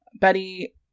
Betty